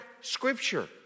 Scripture